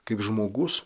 kaip žmogus